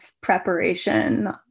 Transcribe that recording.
preparation